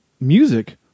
music